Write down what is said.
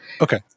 Okay